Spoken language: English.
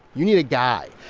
you need a guy.